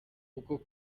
kuko